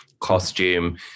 costume